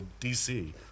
DC